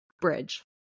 Bridge